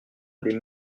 des